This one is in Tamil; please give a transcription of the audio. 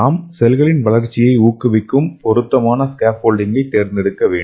நாம் செல்களின் வளர்ச்சியை ஊக்குவிக்கும் பொருத்தமான ஸ்கேஃபோல்டிங்கை தேர்ந்தெடுக்க வேண்டும்